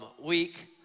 week